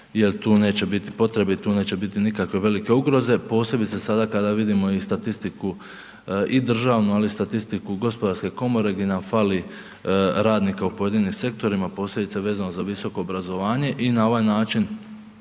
jel tu neće biti potrebe i tu neće biti nikakve velike ugroze, posebice sada kada vidimo i statistiku i državnu, ali i statistiku Gospodarske komore gdje nam fali radnika u pojedinim sektorima, posebice vezano za visoko obrazovanje. I na ovaj način